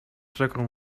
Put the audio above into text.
rzeką